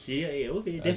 serie A apa punya guess